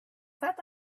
thought